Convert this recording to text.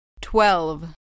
Twelve